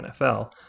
nfl